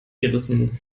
gerissen